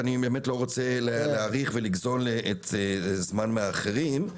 כי אני באמת לא רוצה להאריך ולגזול זמן מאחרים.